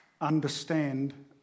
understand